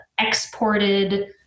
exported